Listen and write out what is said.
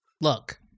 Look